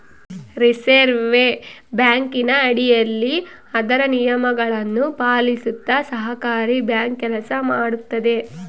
reserve ಬ್ಯಾಂಕಿನ ಅಡಿಯಲ್ಲಿ ಅದರ ನಿಯಮಗಳನ್ನು ಪಾಲಿಸುತ್ತ ಸಹಕಾರಿ ಬ್ಯಾಂಕ್ ಕೆಲಸ ಮಾಡುತ್ತದೆ